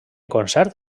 concert